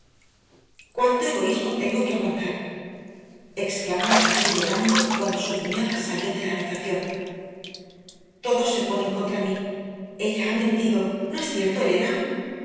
cuánto egoísmo tengo que aguantar exclamó isabel llorando cuando su cuñada salió de la habitación todos se ponen contra mí ella ha mentido no es cierto elena